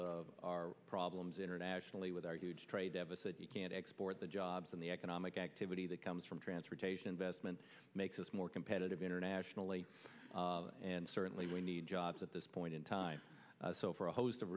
given our problems internationally with our huge trade deficit you can't export the jobs in the economic activity that comes from transportation investment makes us more competitive internationally and certainly we need jobs at this point in time so for a host of